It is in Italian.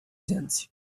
sensi